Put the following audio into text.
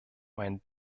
meinen